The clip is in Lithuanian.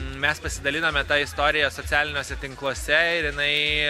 mes pasidalinome ta istorija socialiniuose tinkluose ir jinai